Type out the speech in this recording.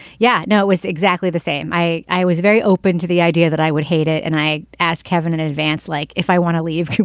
yeah. no it was exactly the same. i i was very open to the idea that i would hate it and i asked kevin in advance like if i want to leave.